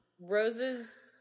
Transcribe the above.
roses